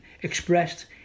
expressed